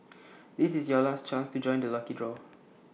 this is your last chance to join the lucky draw